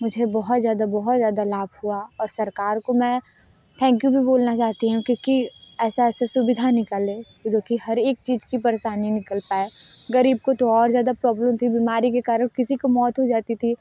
मुझे बहुत ज़्यादा बहुत ज़्यादा लाभ हुआ और सरकार को मैं थैंक यू भी बोलना चाहती हूँ क्योंकि ऐसी ऐसी सुविधा निकाले जो कि हर एक चीज़ की परेशानी निकल पाए ग़रीब को तो और ज़्यादा प्रॉब्लम होती है बीमारी के कारण किसी की मौत हो जाती थी